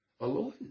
alone